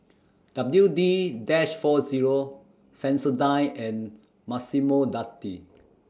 W D dash four Zero Sensodyne and Massimo Dutti